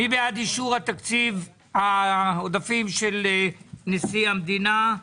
מי בעד אישור העודפים של נשיא המדינה?